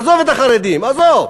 עזוב את החרדים, עזוב.